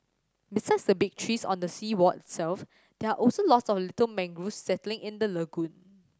besides the big trees on the seawall itself there are also lots of little mangrove settling in the lagoon